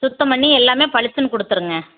சுத்தம் பண்ணி எல்லாமே பளிச்சுன்னு கொடுத்துருங்க